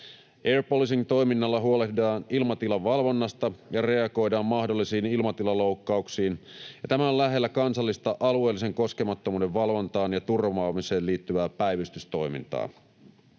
Air policing ‑toiminnalla huolehditaan ilmatilan valvonnasta ja reagoidaan mahdollisiin ilmatilaloukkauksiin, ja tämä on lähellä kansallista alueellisen koskemattomuuden valvontaan ja turvaamiseen liittyvää päivystystoimintaa.